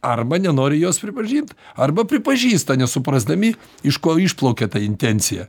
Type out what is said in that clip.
arba nenori jos pripažint arba pripažįsta nesuprasdami iš ko išplaukė ta intencija